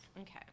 Okay